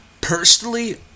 Personally